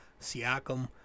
Siakam